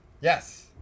Yes